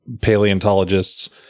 paleontologists